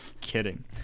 Kidding